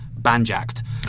banjacked